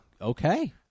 Okay